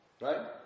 Right